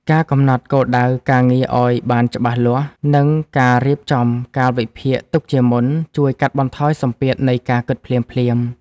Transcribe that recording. ការកំណត់គោលដៅការងារឱ្យបានច្បាស់លាស់ និងការរៀបចំកាលវិភាគទុកជាមុន ជួយកាត់បន្ថយសម្ពាធនៃការគិតភ្លាមៗ។